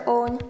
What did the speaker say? Own